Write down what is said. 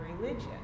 religion